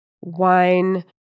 wine